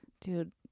dude